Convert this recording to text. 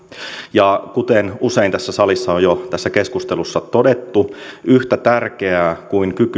ja kuten usein tässä salissa on jo tässä keskustelussa todettu yhtä tärkeää kuin kyky